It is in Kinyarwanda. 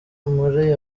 muri